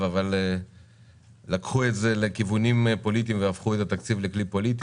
אבל לקחו את זה לכיוונים פוליטיים והפכו את התקציב לכלי פוליטי,